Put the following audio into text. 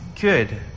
good